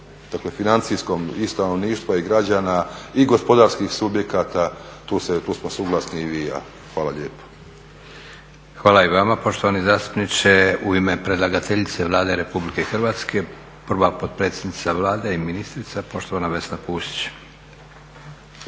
financijskom i stanovništva i građana i gospodarskih subjekata tu smo suglasni i vi i ja. Hvala lijepo. **Leko, Josip (SDP)** Hvala i vama poštovani zastupniče. U ime predlagateljice Vlade RH prva potpredsjednica Vlade i ministrica poštovana Vesna Pusić.